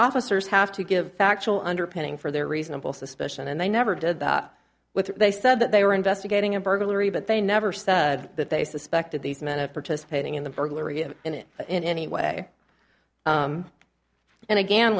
officers have to give factual underpinning for their reasonable suspicion and they never did that with they said that they were investigating a burglary but they never said that they suspected these men of participating in the burglary and it in any way and again